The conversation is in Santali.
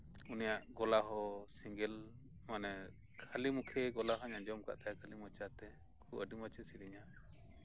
ᱩᱱᱤᱭᱟᱜ ᱜᱚᱞᱟ ᱦᱚᱸ ᱥᱤᱝᱜᱮᱞ ᱢᱟᱱᱮ ᱠᱷᱟᱹᱞᱤ ᱢᱩᱠᱷᱮ ᱜᱚᱞᱟ ᱦᱚᱧ ᱟᱡᱚᱢ ᱟᱠᱟᱫᱟ ᱛᱟᱭᱟ ᱠᱷᱟᱹᱞᱤ ᱢᱚᱪᱟᱛᱮ ᱟᱹᱰᱤ ᱢᱚᱪᱮ ᱥᱮᱨᱮᱧᱟ